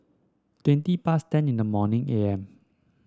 twenty past ten in the morning A M